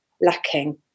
lacking